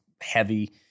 heavy